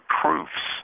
proofs